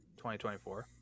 2024